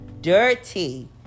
dirty